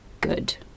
good